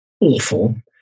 awful